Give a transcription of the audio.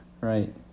Right